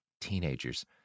teenagers